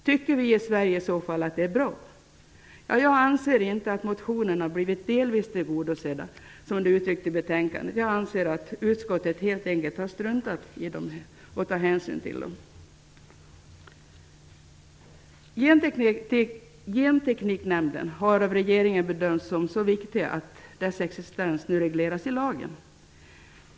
Tycker vi i Sverige i så fall att det är bra? Jag anser inte att motionerna, som det uttryckts i betänkandet, blivit delvis tillgodosedda. Jag menar att utskottet helt enkelt har struntat i att ta hänsyn till dem. Gentekniknämnden har av regeringen bedömts som så viktig att dess existens nu regleras i lagen.